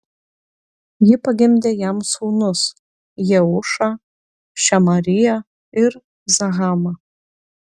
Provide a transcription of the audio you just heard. ji pagimdė jam sūnus jeušą šemariją ir zahamą